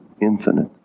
infinite